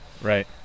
right